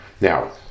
Now